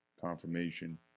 confirmation